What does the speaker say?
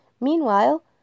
Meanwhile